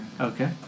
Okay